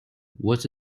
was